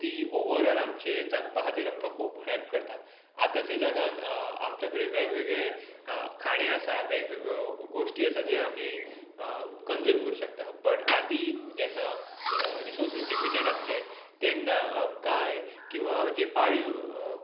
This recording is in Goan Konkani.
आनी ती ओवररोल आमचे जगपा खातीर ती आमकां खुब हेल्प करतां आताच्या जगान आमचे कडेन वेगवेगळे खाणे आसा वेगवेगळे गोश्टी आसा जे आमी कनज्यूम खरु शकता बट आदी जेन्ना रिसोरसिस लिमिटेड आसले तेन्ना गाय किंवा जे पाळिव